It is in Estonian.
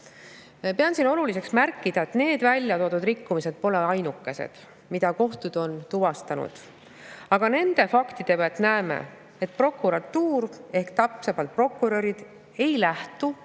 Pean siin oluliseks märkida, et need välja toodud rikkumised pole ainukesed, mille kohtud on tuvastanud. Aga nende faktide põhjal näeme, et prokuratuur, täpsemalt prokurörid ei lähtu